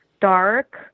dark